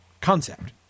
concept